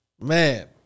Man